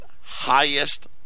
highest